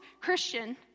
Christian